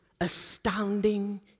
astounding